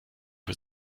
für